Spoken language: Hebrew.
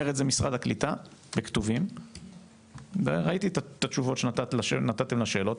אומר אתה משרד הקליטה בכתובים וראיתי את התשובות שנתתם לשאלות,